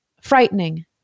frightening